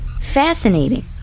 Fascinating